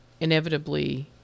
inevitably